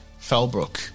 Fellbrook